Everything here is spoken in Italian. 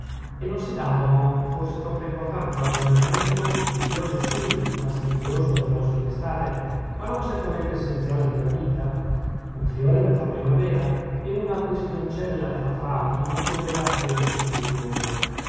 e non si dava forse troppa importanza ad un elemento fastidioso sì più fastidioso delle mosche in estate ma non certamente essenziale nella vita un fiore non fa primavera e una quistioncella tra frati non doveva credersi il finimondo